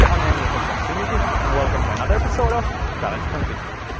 um and but from pongfinity and welcome to another episode of challenge pongfinity!